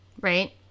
right